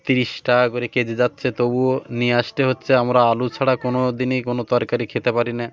তিরিশ টাকা করে কেজি যাচ্ছে তবুও নিয়ে আসতে হচ্ছে আমরা আলু ছাড়া কোনো দিনই কোনো তরকারি খেতে পারি না